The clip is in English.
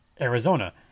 Arizona